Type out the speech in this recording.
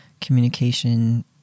communication